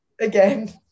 again